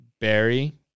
Barry